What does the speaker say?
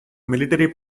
military